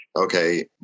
Okay